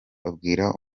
babwira